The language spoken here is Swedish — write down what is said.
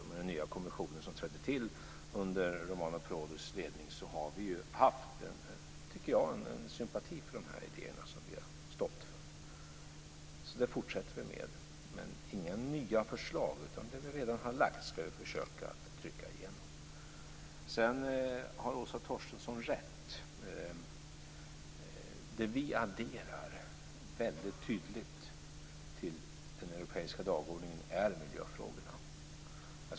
Med den nya kommissionen som trädde till under Romano Prodis ledning har vi haft sympati för de idéer vi har stått för. Det fortsätter vi med. Men det blir inga nya förslag. Vi ska försöka trycka igenom dem vi redan har lagt fram. Åsa Torstensson har rätt att det vi adderar tydligt till den europeiska dagordningen är miljöfrågorna.